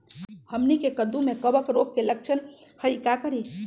हमनी के कददु में कवक रोग के लक्षण हई का करी?